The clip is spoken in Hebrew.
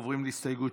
עוברים להסתייגות